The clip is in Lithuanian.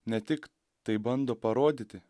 ne tik tai bando parodyti